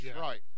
Right